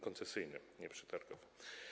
Koncesyjnym, nie przetargowym.